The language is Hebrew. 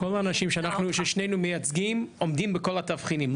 כל האנשים ששנינו מייצגים עומדים בכל התבחינים.